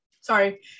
sorry